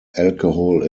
alcohol